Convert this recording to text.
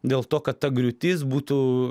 dėl to kad ta griūtis būtų